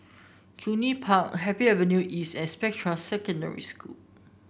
Cluny Park Happy Avenue East and Spectra Secondary School